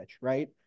right